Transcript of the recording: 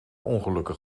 ongelukken